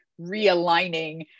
realigning